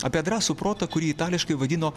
apie drąsų protą kurį itališkai vadino